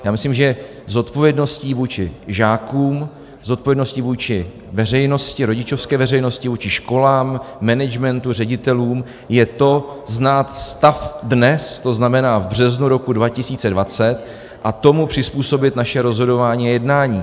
Já myslím, že zodpovědností vůči žákům, zodpovědností vůči veřejnosti, rodičovské veřejnosti, vůči školám, managementu, ředitelům je znát stav dnes, to znamená v březnu roku 2020, a tomu přizpůsobit naše rozhodování a jednání.